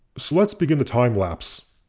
so let's begin the timelapse.